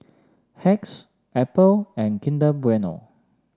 Hacks Apple and Kinder Bueno